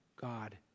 God